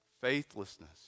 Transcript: Faithlessness